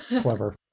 Clever